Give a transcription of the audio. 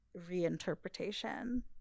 reinterpretation